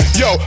yo